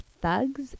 Thugs